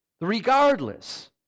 Regardless